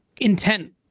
intent